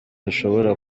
zishobora